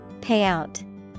Payout